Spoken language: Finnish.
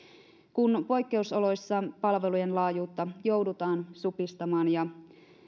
kun poikkeusoloissa palvelujen laajuutta joudutaan supistamaan ja